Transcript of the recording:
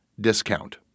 discount